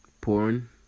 porn